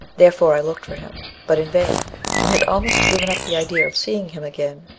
therefore i looked for him, but in vain and had almost given up the idea of seeing him again,